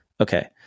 Okay